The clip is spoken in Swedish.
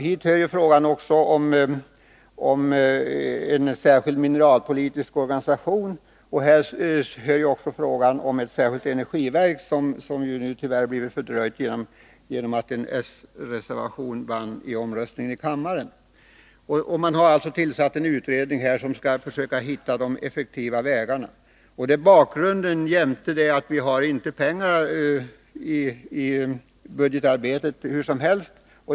Hit hör också frågan om en särskild mineralpolitisk organisation samt frågan om ett särskilt energiverk, som ju Man har alltså tillsatt en utredning som skall försöka hitta de effektiva vägarna. Det är bakgrunden, jämte det faktum att vi hur som helst inte har pengar i budgetarbetet.